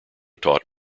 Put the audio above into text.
taught